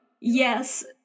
yes